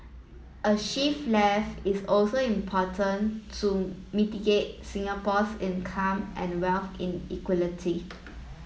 a shift left is also important to mitigate Singapore's income and wealth inequality